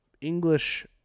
English